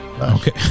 Okay